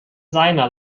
seiner